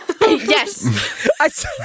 Yes